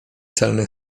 celny